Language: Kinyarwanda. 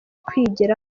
kwigiraho